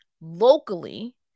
locally